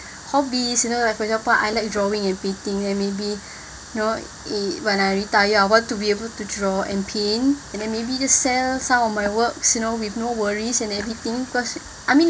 hobbies you know like for example I like drawing and painting ya maybe you know in when I retire I want to be able to draw and paint and then maybe just sell some of my works you know with no worries and everything cause I mean